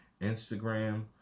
Instagram